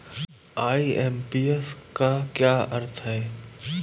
IMPS का क्या अर्थ है?